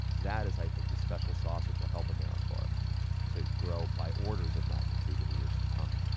that is, i think, the special sauce which will help americorps to grow by orders of magnitude in the years to come.